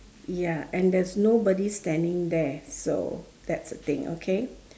ya and there's nobody standing there so that's the thing okay